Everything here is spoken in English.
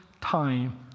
time